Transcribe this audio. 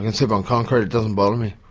can sleep on concrete it doesn't bother me.